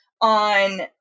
on